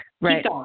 right